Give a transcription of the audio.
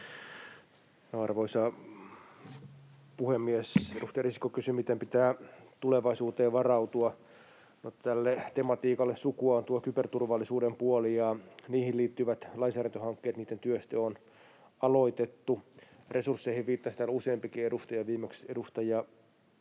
Arvoisa puhemies! Edustaja Risikko kysyi, miten pitää tulevaisuuteen varautua. No tälle tematiikalle sukua on tuo kyberturvallisuuden puoli ja niihin liittyvät lainsäädäntöhankkeet, joiden työstö on aloitettu. Resursseihin viittasi täällä useampikin edustaja,